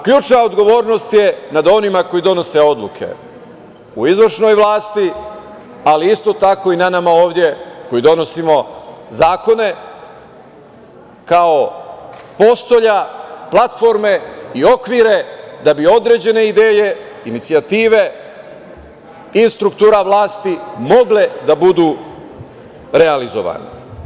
Ključna odgovornost je na onima koji donose odluke u izvršnoj vlasti, ali isto tako i na nama ovde koji donosimo zakone kao postolja, platforme i okvire da bi određene ideje, inicijative iz struktura vlasti mogle da budu realizovane.